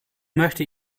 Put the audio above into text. möchte